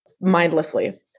mindlessly